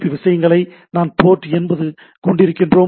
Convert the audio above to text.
B விஷயங்களுக்கு நாம் port 80 ஐக் கொண்டிருக்கின்றோம்